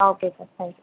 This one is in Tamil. ah okay sir thank you